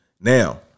Now